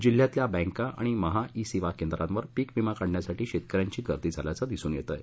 जिल्ह्यातल्या बँका आणि महा ई सेवा केंद्रावर पीक विमा काढण्यासाठी शेतकऱ्यांची गर्दी झाल्याचं दिसून येतंय